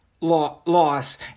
loss